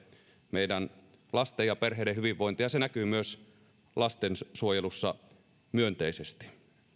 meidän lasten ja perheiden hyvinvointia se näkyy myös lastensuojelussa myönteisesti